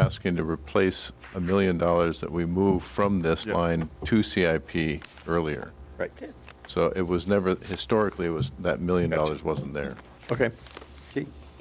asking to replace a million dollars that we moved from this line to c a p earlier so it was never historically was that million dollars wasn't there ok